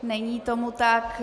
Není tomu tak.